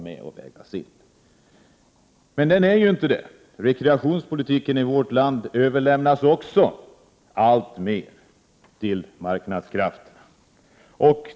Men så är inte fallet. Också rekreationspolitiken i vårt land överlämnas alltmer till marknadskrafterna.